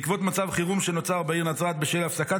בעקבות מצב חירום שנוצר בעיר נצרת בשל הפסקת